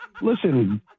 Listen